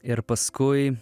ir paskui